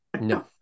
no